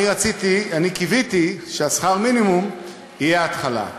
אני קיוויתי ששכר המינימום יהיה ההתחלה,